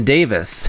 Davis